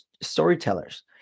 storytellers